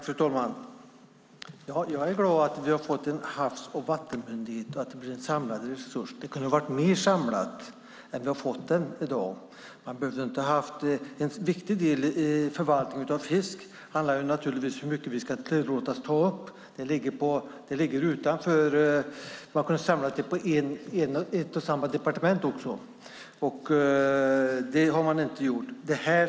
Fru talman! Jag är glad att vi har fått en Havs och vattenmyndighet och att den blir en samlad resurs. Den kunde ha varit mer samlad än den som vi har fått i dag. En viktig del i förvaltning av fiske handlar naturligtvis om hur mycket vi ska tillåtas ta upp. Den frågan ligger utanför. Man kunde ha samlat den på ett och samma departement, och det har man inte gjort.